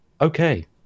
okay